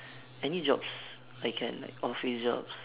any jobs I can like office jobs